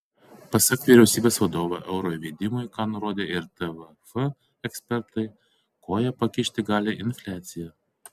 pasak vyriausybės vadovo euro įvedimui ką nurodė ir tvf ekspertai koją pakišti gali infliacija